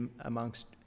amongst